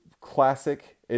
classic